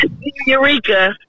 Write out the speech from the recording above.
Eureka